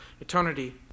eternity